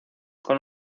con